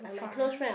foreign